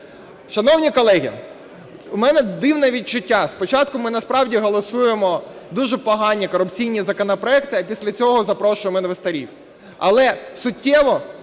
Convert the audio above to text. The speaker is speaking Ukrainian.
Шановні колеги, у мене дивне відчуття, спочатку ми насправді голосуємо дуже погані корупційні законопроекти, а після цього запрошуємо інвесторів. Але суттєво